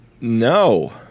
no